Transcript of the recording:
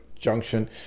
junction